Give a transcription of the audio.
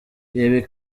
ibi